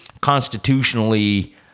constitutionally